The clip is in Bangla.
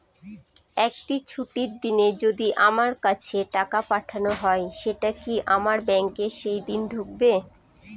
একটি ছুটির দিনে যদি আমার কাছে টাকা পাঠানো হয় সেটা কি আমার ব্যাংকে সেইদিন ঢুকবে?